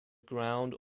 ground